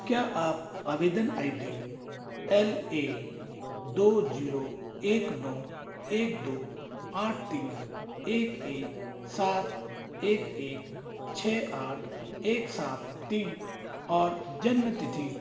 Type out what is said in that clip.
क्या आप आवेदन आई डी एल ए दो जीरो एक नौ एक दो आठ तीन एक एक सात एक एक छः आठ एक सात तीन और जन्मतिथि